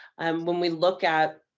um when we look at